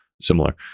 similar